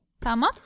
Tamam